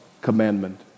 commandment